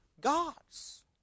God's